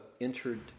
entered